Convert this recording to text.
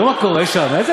שלא יהיו להם מקצועות ליבה,